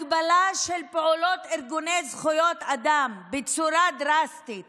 הגבלה של פעולות ארגוני זכויות אדם בצורה דרסטית